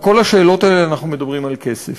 בכל השאלות האלה אנחנו מדברים על כסף.